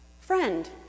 Friend